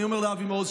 ואני אומר לאבי מעוז,